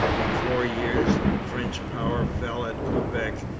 in four years french power fell at quebec,